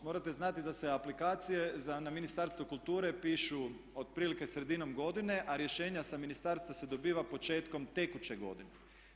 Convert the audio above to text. Morate znati da se aplikacije za Ministarstvo kulture pišu otprilike sredinom godine, a rješenja sa ministarstva se dobiva početkom tekuće godine.